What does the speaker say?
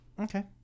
Okay